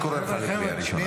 אני קורא אותך בקריאה ראשונה.